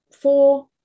four